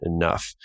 enough